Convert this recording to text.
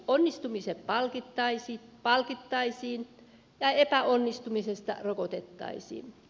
onnistumiset palkittaisiin ja epäonnistumisesta rokotettaisiin